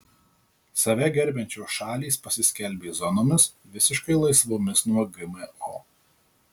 save gerbiančios šalys pasiskelbė zonomis visiškai laisvomis nuo gmo